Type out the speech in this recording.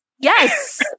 Yes